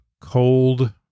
cold